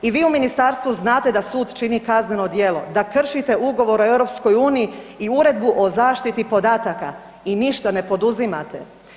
I vi u ministarstvu znate da sud čini kazneno djelo, da kršite Ugovor o EU i Uredbu o zaštiti podataka i ništa ne poduzimate.